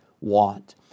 want